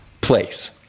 place